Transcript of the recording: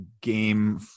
game